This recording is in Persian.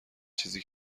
چیزی